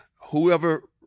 whoever